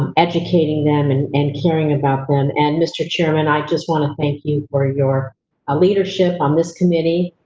and educating them and and caring about them. and mr. chairman, i just want to thank you for your ah leadership on this committee,